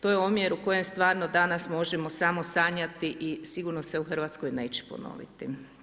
To je omjer u kojem stvarno danas možemo samo sanjati i sigurno se u Hrvatskoj neće ponoviti.